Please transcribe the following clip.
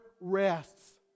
rests